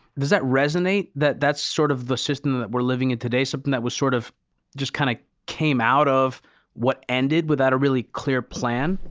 does that resonate, that that's sort of the system that we're living in today? something that was sort of just kind of came out of what ended without a really clear plan?